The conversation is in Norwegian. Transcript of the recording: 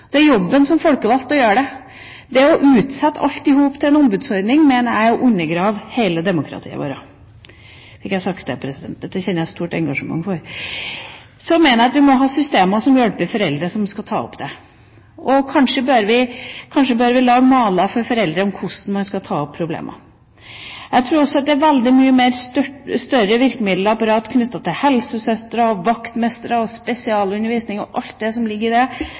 å utsette alt til en ombudsordning, mener jeg er å undergrave hele vårt demokrati. Så fikk jeg sagt det – dette kjenner jeg et stort engasjement for. Så mener jeg at vi må ha systemer som hjelper foreldre som skal ta opp problemer, og kanskje bør vi lage maler for foreldre for hvordan man skal ta opp det. Jeg tror også at et veldig mye større virkemiddelapparat knyttet til helsesøstre, vaktmestre, spesialundervisning og alt som ligger i det,